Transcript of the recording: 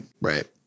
right